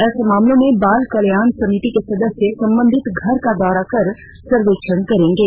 ऐसे मामलों में बाल कल्याण समिति के सदस्य संबंधित घर का दौरा कर सर्वेक्षण करेंगे